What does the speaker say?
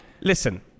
Listen